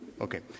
Okay